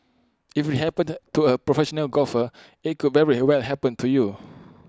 if IT happened to A professional golfer IT could very well happen to you